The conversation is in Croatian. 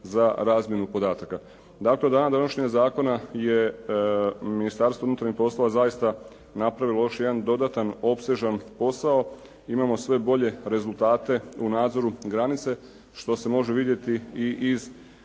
za razmjenu podataka. Dakle, od donošenja zakona je Ministarstvo unutarnjih poslova zaista napravilo još jedan dodatan opsežan posao, imamo sve bolje rezultate u nadzoru granice, što se može vidjeti i iz